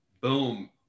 boom